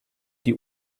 die